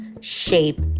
shape